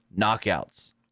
knockouts